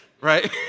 right